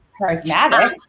Charismatic